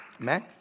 Amen